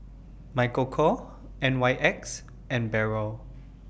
Michael Kors N Y X and Barrel